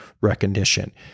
recognition